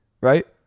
right